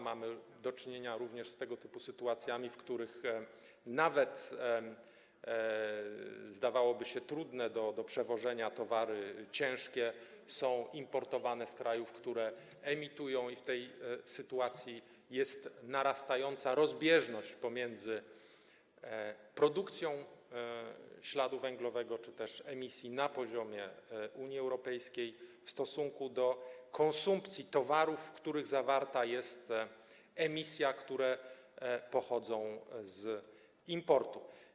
Mamy do czynienia z tego typu sytuacjami, w których nawet zdawałoby się trudne do przewożenia, ciężkie towary są importowane z krajów, które emitują, i w tej sytuacji narasta rozbieżność pomiędzy produkcją śladu węglowego czy też emisji na poziomie Unii Europejskiej a konsumpcją towarów, w których zawarta jest emisja, które pochodzą z importu.